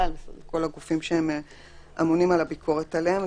ועל כל הגופים שהם אמונים על הביקורת עליהם,